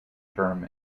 term